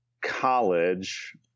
college